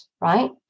right